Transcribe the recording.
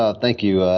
ah thank you.